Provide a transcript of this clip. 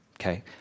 okay